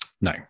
no